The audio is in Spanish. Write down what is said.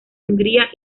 hungría